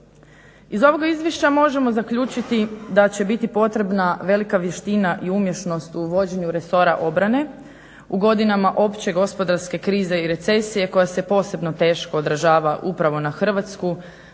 Iz ovoga izvješća možemo zaključiti da će biti potrebna velika vještina i umješnost u vođenju resora obrane u godinama opće gospodarske krize i recesije koja se posebno teško odražava upravo na Hrvatsku